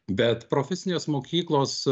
bet profesinės mokyklos